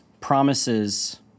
promises